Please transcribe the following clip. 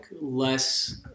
less